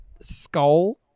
skull